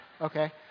okay